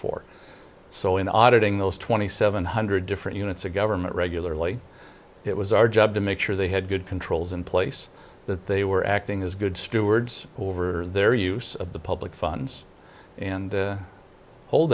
for so in auditing those twenty seven hundred different units of government regularly it was our job to make sure they had good controls in place that they were acting as good stewards over their use of the public funds and hold